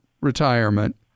retirement